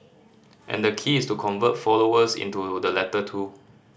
and the key is to convert followers into the latter two